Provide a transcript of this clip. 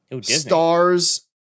Stars